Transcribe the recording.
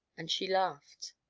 and she laughed.